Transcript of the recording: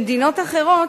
במדינות אחרות,